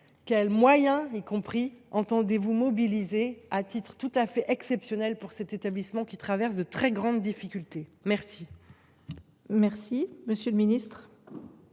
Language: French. quels moyens entendez vous mobiliser à titre tout à fait exceptionnel pour cet établissement, qui traverse de très grandes difficultés ? La